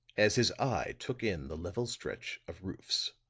as his eye took in the level stretch of roofs.